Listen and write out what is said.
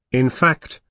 in fact,